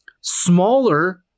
smaller